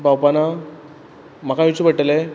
पावपाना म्हाका येवचें पडटलें